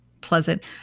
pleasant